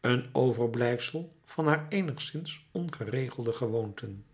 een overblijfsel van haar eenigszins ongeregelde gewoonten